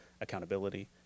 accountability